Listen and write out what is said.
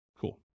Cool